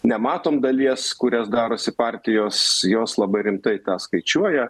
nematom dalies kurias darosi partijos jos labai rimtai tą skaičiuoja